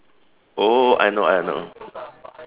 oh I know I know